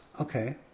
Okay